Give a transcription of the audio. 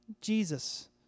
Jesus